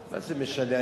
מה זה משנה?